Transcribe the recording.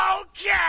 Okay